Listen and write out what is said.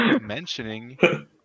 mentioning